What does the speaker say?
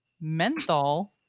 menthol